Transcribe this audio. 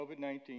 COVID-19